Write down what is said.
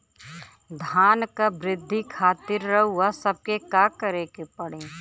धान क वृद्धि खातिर रउआ सबके का करे के पड़ी?